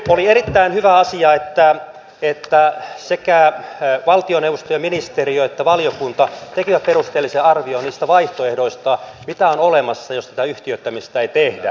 oli erittäin hyvä asia että sekä valtioneuvosto ja ministeriöt että valiokunta tekivät perusteellisen arvion niistä vaihtoehdoista mitä on olemassa jos tätä yhtiöittämistä ei tehdä